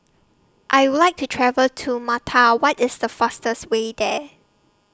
I Would like to travel to Malta What IS The fastest Way There